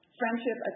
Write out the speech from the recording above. friendship